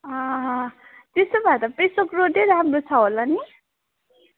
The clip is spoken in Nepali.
त्यसो भए त पेसोक रोडै राम्रो छ होला नि